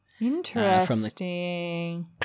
interesting